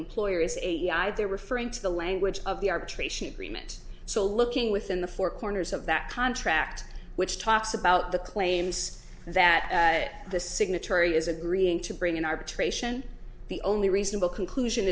either referring to the language of the arbitration agreement so looking within the four corners of that contract which talks about the claims that the signatory is agreeing to bring in arbitration the only reasonable conclusion